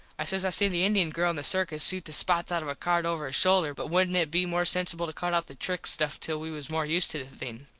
i says i seen the indien girl in the circus shoot the spots out of a card over her shoulder but wouldnt it be more censible to cut out the trick stuff till we was more used to the thing.